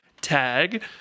tag